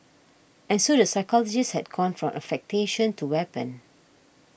and so the psychologist has gone from affectation to weapon